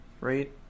right